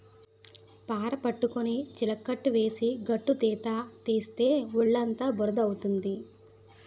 పార పట్టుకొని చిలకట్టు వేసి గట్టుతీత తీస్తే ఒళ్ళుఅంతా బురద అవుతుంది